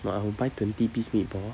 but I will buy twenty piece meatball